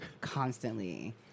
constantly